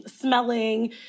smelling